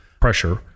pressure